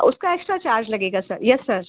उसका extra charge लगेगा sir yes sir